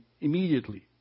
immediately